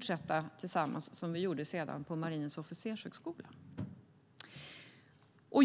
sedan tillsammans på Marinens officershögskola.